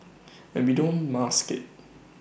and we don't mask IT